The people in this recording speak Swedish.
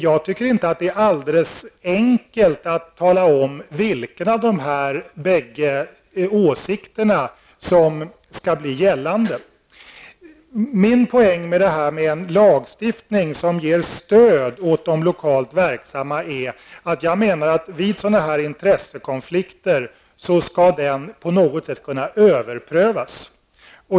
Jag tycker att det inte är alldeles enkelt att tala om vilken av de båda åsikterna som skall få göra sig gällande. Min poäng med en lagstiftning som ger stöd åt de lokalt verksamma är att sådana intressekonflikter på något sätt skall kunna överprövas.